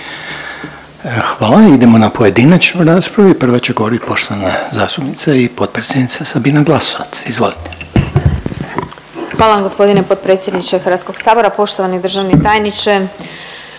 Hvala. Idemo na pojedinačnu raspravu i prva će govorit poštovana zastupnica i potpredsjednica Sabina Glasovac. Izvolite. **Glasovac, Sabina (SDP)** Hvala gospodine potpredsjedniče Hrvatskog sabora. Poštovani državni tajniče